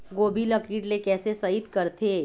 गोभी ल कीट ले कैसे सइत करथे?